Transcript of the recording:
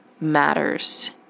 matters